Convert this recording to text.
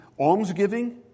almsgiving